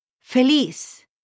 feliz